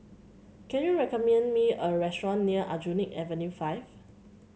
can you recommend me a restaurant near Aljunied Avenue Five